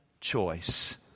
choice